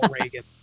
Reagan